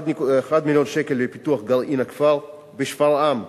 1 מיליון שקל לפיתוח גרעין הכפר, בשפרעם,